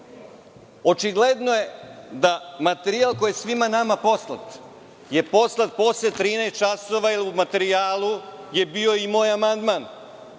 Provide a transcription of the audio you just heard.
Očigledno je da materijal koji je svima nama poslat je poslat posle 13,00 časova, jer u materijalu je bio i moj amandman. Znači,